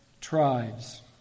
tribes